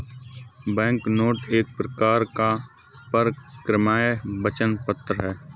banknote एक प्रकार का परक्राम्य वचन पत्र है